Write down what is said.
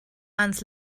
ans